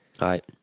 Right